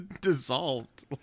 dissolved